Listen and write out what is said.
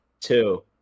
Two